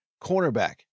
cornerback